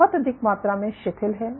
बहुत अधिक मात्रा में शिथिल है